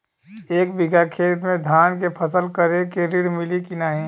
एक बिघा खेत मे धान के फसल करे के ऋण मिली की नाही?